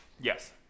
Yes